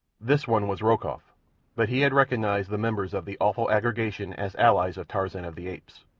this one was rokoff but he had recognized the members of the awful aggregation as allies of tarzan of the apes.